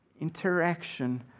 interaction